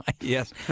Yes